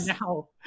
now